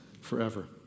forever